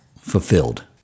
fulfilled